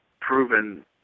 proven